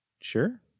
Sure